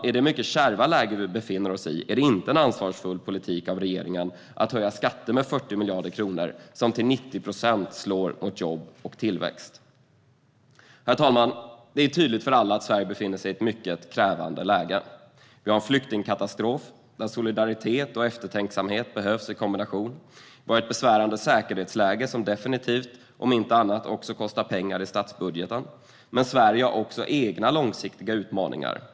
I det mycket kärva läge vi befinner oss i är det inte en ansvarsfull politik av regeringen att höja skatter med 40 miljarder kronor som till 90 procent slår mot jobb och tillväxt. Herr talman! Det är tydligt för alla att Sverige befinner sig i ett mycket krävande läge. Vi har en flyktingkatastrof där solidaritet och eftertänksamhet behövs i kombination. Vi har ett besvärande säkerhetsläge som, om inte annat, kostar pengar i statsbudgeten. Sverige har också egna långsiktiga utmaningar.